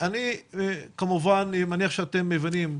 אני מניח שאתם מבינים,